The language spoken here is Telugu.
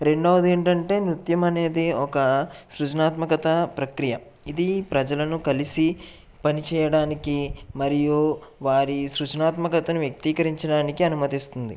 రెండవది ఏంటి అంటే నృత్యం అనేది ఒక సృజనాత్మకత ప్రక్రియ ఇది ప్రజలను కలిసి పనిచేయడానికి మరియు వారి సృజనాత్మకతను వ్యక్తీకరించడానికి అనుమతిస్తుంది